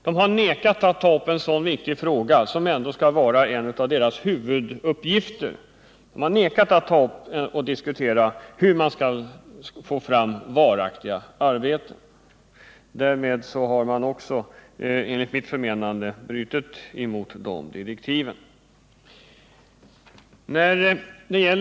De har nekat att ta upp en fråga som hör till deras huvuduppgifter, nämligen frågan om hur man skall få fram varaktiga arbeten. Enligt mitt förmenande har man därmed brutit emot de direktiv som föreligger.